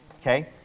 Okay